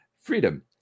Freedom